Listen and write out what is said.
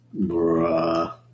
Bruh